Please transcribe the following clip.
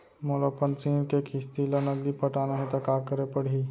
मोला अपन ऋण के किसती ला नगदी पटाना हे ता का करे पड़ही?